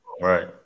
Right